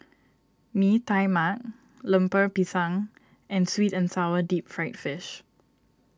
Mee Tai Mak Lemper Pisang and Sweet and Sour Deep Fried Fish